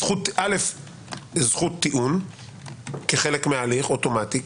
זו זכות טיעון כחלק מההליך אוטומטי,